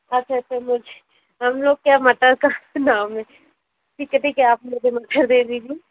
अच्छा अच्छा मुझे हम लोग क्या मटर का नाम है ठीक है ठीक है आप मुझे बटला दे दीजिए